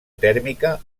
tèrmica